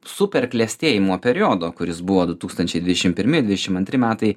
super klestėjimo periodo kuris buvo du tūkstančiai dvidešimt pirmi dvidešimt antri metai